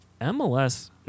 MLS